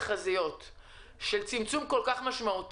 אם אנחנו רואים תחזיות של צמצום כל כך משמעותי,